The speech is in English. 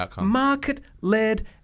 Market-led